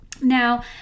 Now